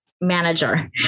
Manager